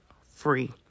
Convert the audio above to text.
free